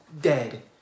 dead